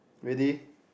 ready